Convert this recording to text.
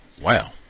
Wow